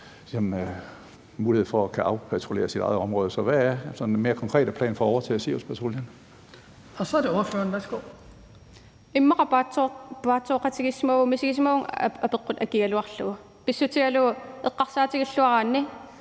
mulighed for at kunne afpatruljere sit eget område. Så hvad er sådan den mere konkrete plan for at overtage Siriuspatruljen? Kl. 15:52 Den fg. formand